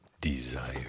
Desire